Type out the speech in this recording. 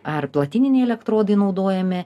ar platininiai elektrodai naudojami